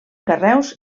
carreus